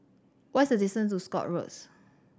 what is the distance to Scotts Road